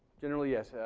generally yes.